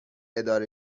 اداره